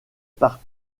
partie